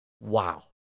Wow